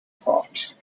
thought